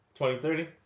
2030